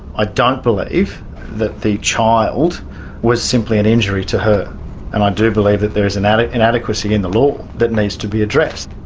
ah don't believe that the child was simply an injury to her and i do believe that there is an and inadequacy in the law that needs to be addressed.